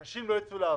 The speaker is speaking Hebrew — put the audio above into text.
אנשים לא יצאו לעבוד.